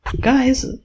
Guys